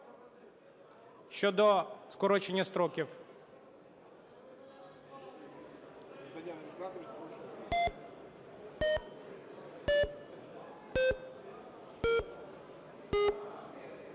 щодо скорочення строків.